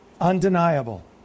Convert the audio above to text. Undeniable